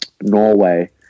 Norway